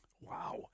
Wow